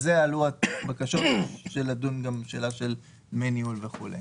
רציתי לוודא שמנגנון ההתחשבנות בין המדינה לקרנות הוא חודשי.